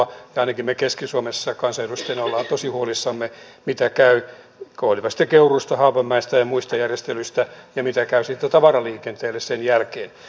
ja ainakin me keski suomessa kansanedustajina olemme tosi huolissamme henkilöliikenteen loppumisesta keuruulta haapamäeltä ja muista järjestelyistä ja siitä mitä käy sitten tavaraliikenteelle sen jälkeen